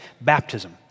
baptism